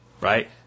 Right